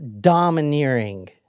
domineering